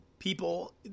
people